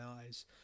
eyes